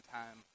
time